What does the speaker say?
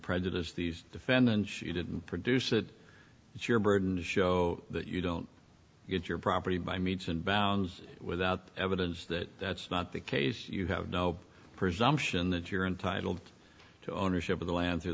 prejudice these defendants you didn't produce it it's your burden to show that you don't get your property by means and bounds without evidence that that's not the case you have no presumption that you're entitled to ownership of the la